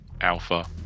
alpha